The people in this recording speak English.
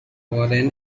foreign